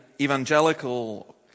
evangelical